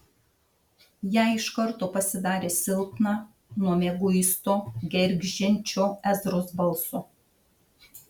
jai iš karto pasidarė silpna nuo mieguisto gergždžiančio ezros balso